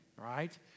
right